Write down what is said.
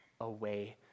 away